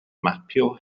mapio